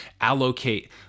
allocate